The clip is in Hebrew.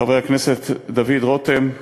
חבר הכנסת דוד רותם,